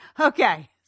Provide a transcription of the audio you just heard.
okay